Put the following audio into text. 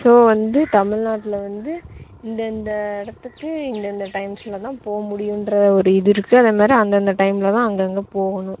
so வந்து தமிழ்நாட்ல வந்து இந்தெந்த இடத்துக்கு இந்தெந்த டைம்ஸில் தான் போக முடியுன்கிற ஒரு இது இருக்குது அதை மாதிரி அந்தெந்த டைமில் தான் அங்கங்கே போகணும்